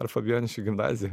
ar fabijoniškių gimnazijoj